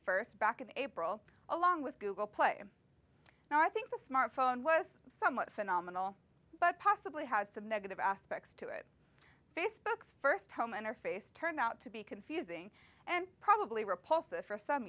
first back in april along with google play and i think the smartphone was somewhat phenomenal but possibly have some negative aspects to it facebook's first home and her face turned out to be confusing and probably repulsive for some